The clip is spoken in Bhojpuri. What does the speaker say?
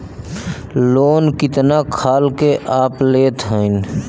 लोन कितना खाल के आप लेत हईन?